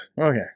Okay